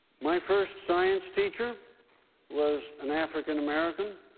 my first science teacher was an african-american.